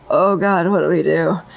oh god, what do we do?